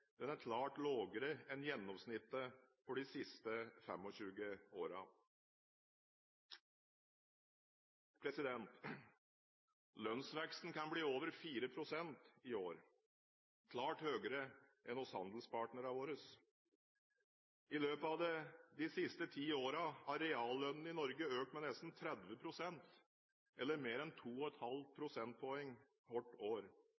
Den er klart lavere enn gjennomsnittet for de siste 25 årene. Lønnsveksten kan bli over 4 pst. i år. Det er klart høyere enn hos handelspartnerne våre. I løpet av de siste ti årene har reallønnen i Norge økt med nesten 30 pst. – eller mer enn